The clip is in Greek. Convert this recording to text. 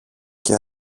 και